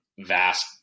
vast